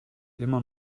immer